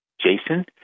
Jason